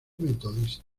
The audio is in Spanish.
metodista